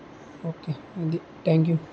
okay ఇది thank you